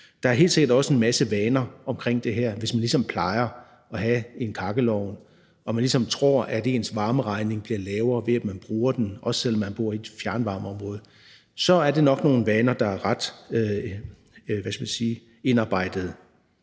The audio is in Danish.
Der er helt sikkert også en masse vaner omkring det her. Hvis man plejer at have en kakkelovn og ligesom tror, at ens varmeregning bliver lavere, ved at man bruger den, også selv om man bor i et fjernvarmeområde, så er det nok nogle vaner, der er ret indarbejdede.